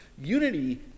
Unity